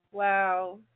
Wow